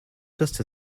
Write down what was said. just